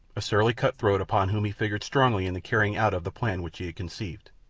a surly cut-throat upon whom he figured strongly in the carrying out of the plan which he had conceived.